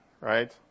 right